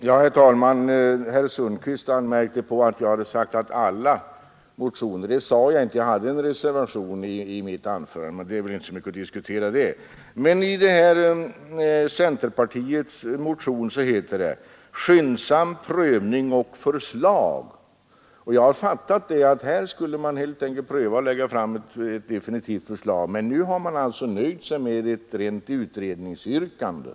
Herr talman! Herr Sundkvist anmärkte på att jag talat om ”alla motioner”. Det gjorde jag inte — jag hade en reservation i mitt anförande. Men det är väl inte så mycket att diskutera. I centerpartiets motion talas det emellertid om ”skyndsam prövning och förslag”. Jag har fattat detta så att här skulle det helt enkelt läggas fram ett definitivt förslag, men nu har man alltså nöjt sig med ett rent utredningsyrkande.